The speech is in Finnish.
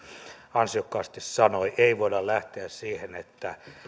ansiokkaasti sanoi ei voida lähteä siihen että